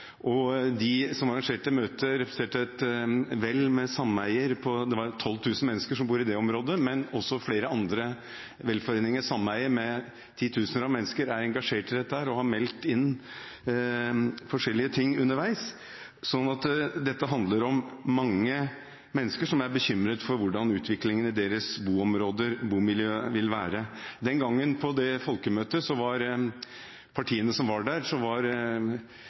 mennesker. De som arrangerte møtet, representerte et vel med sameier. Det er 12 000 mennesker som bor i det området, men også flere andre velforeninger i sameier med titusener av mennesker er engasjert i dette og har meldt inn forskjellige ting underveis. Så dette handler om mange mennesker som er bekymret for hvordan utviklingen i deres bomiljø vil være. På det folkemøtet den gangen var i tillegg til Arbeiderpartiet og SV Fremskrittspartiet aktivt støttende til forslagene sameiene gikk inn for. Representanten for Høyre, som var